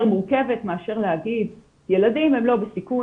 מורכבת מאשר להגיד: ילדים הם לא בסיכון,